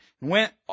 went